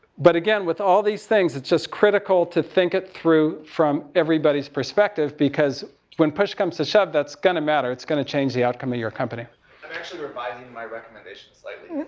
but again, with all these things, it's just critical to think it through from everybody's perspective. because when push comes to shove, that's going to matter. it's going to change the outcome of ah your company. i'm actually revising my recommendation slightly.